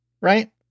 right